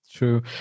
True